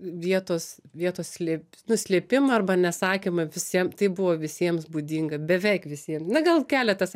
vietos vietos slėp nuslėpimą arba nesakymą visiem buvo visiems būdinga beveik visiem na gal keletas